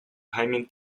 排名